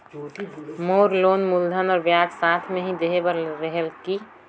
मोर loan मूलधन और ब्याज साथ मे ही देहे बार रेहेल की?